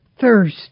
thirst